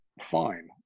fine